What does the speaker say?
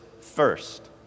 first